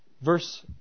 verse